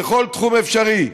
בכל תחום אפשרי.